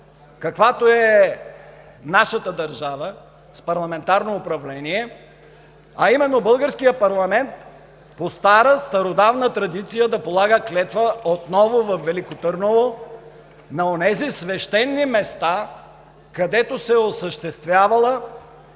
каквато е нашата държава – с парламентарно управление, а именно българският парламент по стара, стародавна традиция да полага клетва отново във Велико Търново, на онези свещени места, където се е осъществявала